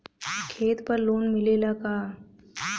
खेत पर लोन मिलेला का?